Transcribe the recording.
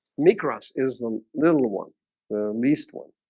me cross is the little one the least one